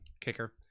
kicker